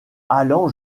allant